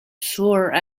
sure